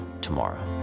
tomorrow